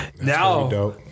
Now